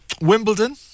Wimbledon